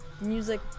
music